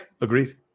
agreed